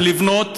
שלישית, לבנות,